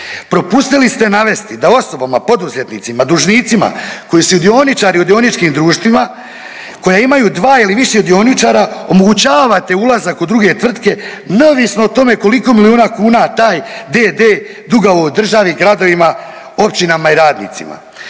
Propustili ste navesti da osobama, poduzetnicima, dužnicima koji su dioničari u dioničkim društvima, koja imaju dva ili više dioničara omogućavate ulazak u druge tvrtke neovisno o tome koliko miliona kuna taj d.d. duguje ovoj državi, gradovima, općinama i radnicima.